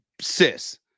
sis